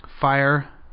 fire